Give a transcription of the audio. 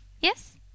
Yes